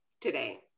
today